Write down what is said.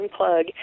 unplug